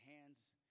hands